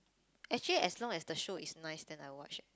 actually as long as the show is nice then I'll watch it